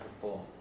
perform